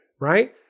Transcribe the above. Right